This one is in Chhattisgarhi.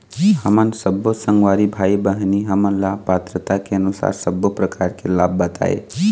हमन सब्बो संगवारी भाई बहिनी हमन ला पात्रता के अनुसार सब्बो प्रकार के लाभ बताए?